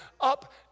up